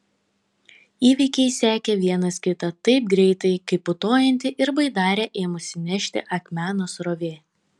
įvykiai sekė vienas kitą taip greitai kaip putojanti ir baidarę ėmusi nešti akmenos srovė